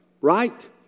Right